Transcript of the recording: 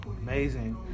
Amazing